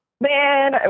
Man